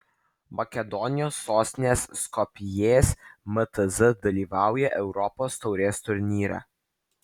makedonijos sostinės skopjės mtz dalyvauja europos taurės turnyre